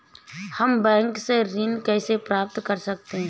हम बैंक से ऋण कैसे प्राप्त कर सकते हैं?